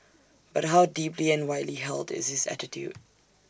but how deeply and widely held is this attitude